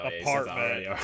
Apartment